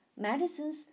medicines